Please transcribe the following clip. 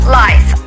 life